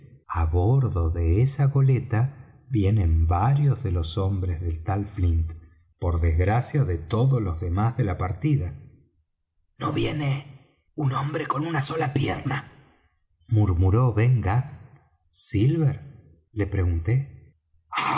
á bordo de esa goleta vienen varios de los hombres del tal flint por desgracia de todos los demás de la partida no viene un hombre con una sola pierna murmuró ben gunn silver le pregunté